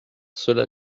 cela